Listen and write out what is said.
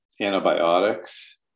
antibiotics